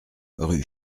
rue